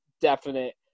definite